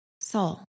soul